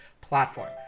platform